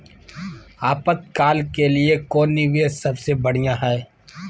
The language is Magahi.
आपातकाल के लिए कौन निवेस सबसे बढ़िया है?